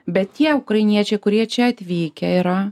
bet tie ukrainiečiai kurie čia atvykę yra